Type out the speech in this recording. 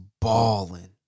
balling